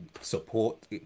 support